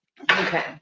Okay